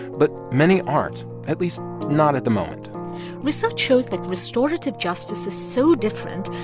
but many aren't at least not at the moment research shows that restorative justice is so different,